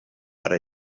para